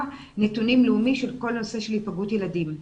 נתונים לאומי של כל הנושא של היפגעות ילדים.